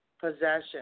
Possession